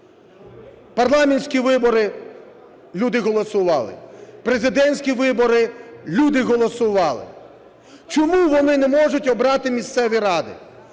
Парламентські вибори – люди голосували, президентські вибори – люди голосували, чому вони не можуть обрати місцеві ради?